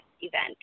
event